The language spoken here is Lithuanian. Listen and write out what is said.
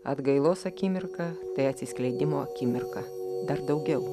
atgailos akimirka kai atsiskleidimo akimirka dar daugiau